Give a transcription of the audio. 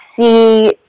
see